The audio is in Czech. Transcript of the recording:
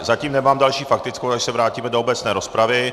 Zatím nemám další faktickou, takže se vrátíme do obecné rozpravy.